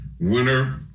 Winner